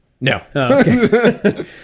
No